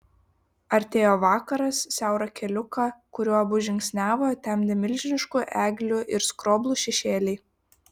artėjo vakaras siaurą keliuką kuriuo abu žingsniavo temdė milžiniškų eglių ir skroblų šešėliai